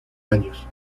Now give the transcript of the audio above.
años